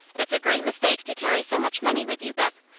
it's a great mistake to carry so much money with you, beth,